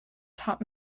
taught